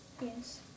Yes